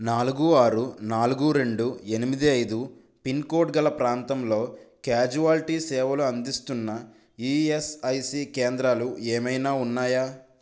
నాలుగు ఆరు నాలుగు రెండు ఎనిమిది ఐదు పిన్కోడ్ గల ప్రాంతంలో క్యాజువాలిటీ సేవలు అందిస్తున్న ఈఎస్ఐసీ కేంద్రాలు ఏమైనా ఉన్నాయా